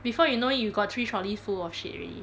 before you know it you got three trolleys full of shit already